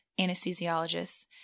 anesthesiologists